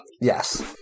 Yes